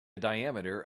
diameter